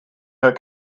her